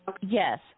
Yes